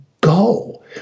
go